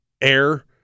air